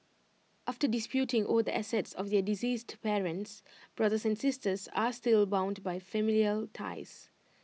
after disputing over the assets of their deceased parents brothers and sisters are still bound by familial ties